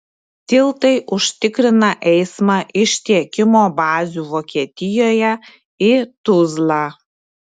tiltai užtikrina eismą iš tiekimo bazių vokietijoje į tuzlą